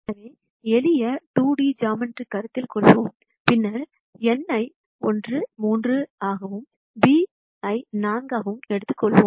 எனவே எளிய 2D geometry கருத்தில் கொள்வோம் பின்னர் n ஐ 1 3 ஆகவும் b ஐ 4 ஆகவும் எடுத்துக்கொள்வோம்